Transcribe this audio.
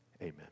amen